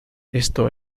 esto